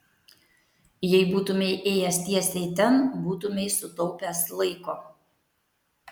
jei būtumei ėjęs tiesiai ten būtumei sutaupęs laiko